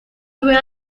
due